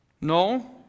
No